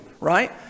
right